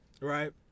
right